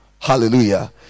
Hallelujah